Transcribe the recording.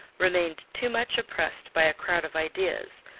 remained too much oppressed by a crowd of ideas,